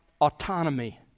autonomy